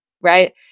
Right